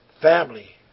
family